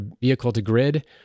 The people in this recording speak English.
vehicle-to-grid